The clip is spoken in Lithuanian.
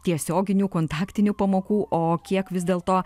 tiesioginių kontaktinių pamokų o kiek vis dėlto